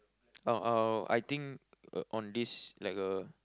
oh uh I think uh on this like a